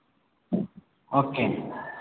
okay